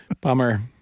Bummer